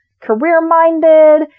career-minded